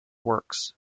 works